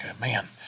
man